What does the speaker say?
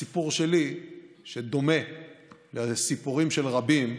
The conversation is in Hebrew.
הסיפור שלי, שדומה לסיפורים של רבים,